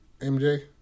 MJ